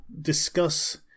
discuss